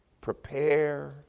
Prepare